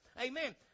Amen